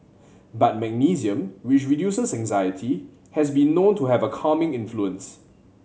but magnesium which reduces anxiety has been known to have a calming influence